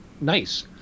nice